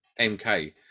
mk